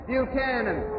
Buchanan